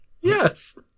yes